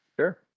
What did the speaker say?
sure